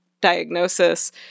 diagnosis